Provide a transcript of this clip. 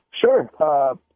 Sure